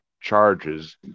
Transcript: charges